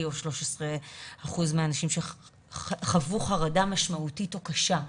או 13% מהנשים שחוו חרדה משמעותית או קשה.